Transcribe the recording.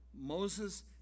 Moses